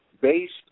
Based